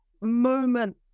moment